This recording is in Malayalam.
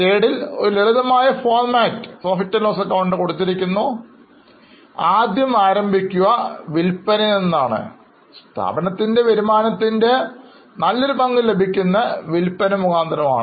ഇതൊരു ലളിതമായ ഫോർമാറ്റ് അല്ലെങ്കിൽ PL ac ഒരു ഹ്രസ്വരൂപം ആണ് അതിനാൽ ഇത് വിൽപ്പനയിൽ നിന്നാണ് ആരംഭിക്കുന്നത് സ്ഥാപനത്തിൻറെ വരുമാനത്തിൻറെ ഭൂരിഭാഗവും വിൽപനയാണ്